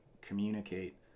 communicate